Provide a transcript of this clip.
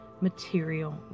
material